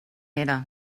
era